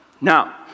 Now